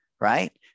right